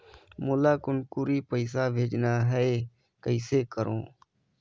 मोला कुनकुरी पइसा भेजना हैं, कइसे करो?